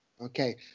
Okay